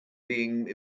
being